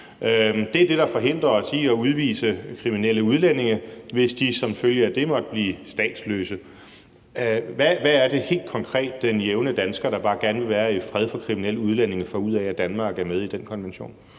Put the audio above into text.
Det er det, der forhindrer os i at udvise kriminelle udlændinge, altså hvis de som følge af det måtte blive statsløse. Hvad er det helt konkret, den jævne dansker, der bare gerne vil være i fred for kriminelle udlændinge, får ud af, at Danmark er med i den konvention?